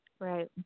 Right